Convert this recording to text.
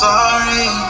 Sorry